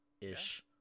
ish